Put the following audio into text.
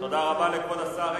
תודה רבה לכבוד השר.